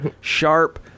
sharp